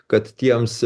kad tiems